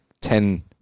ten